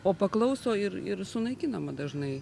o paklauso ir ir sunaikinama dažnai